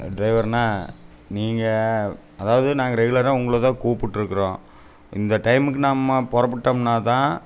டிரைவர்ணா நீங்கள் அதாவது நாங்கள் ரெகுலராக உங்களை தான் கூப்பிட்ருக்கறோம் இந்த டைமுக்கு நம்ம புறப்புட்டோம்னா தான்